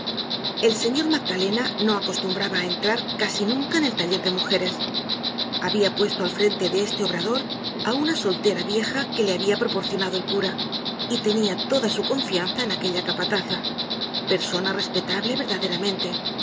el señor magdalena no acostumbraba á entrar casi nunca en el taller de mujeres habia puesto al frente de este obrador á una soltera vieja que le habia proporcionado el cura y tenia toda su confianza en aquella capataza persona respetable verdaderamente